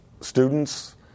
students